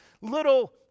little